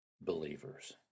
believers